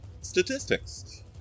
statistics